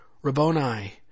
Rabboni